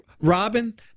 Robin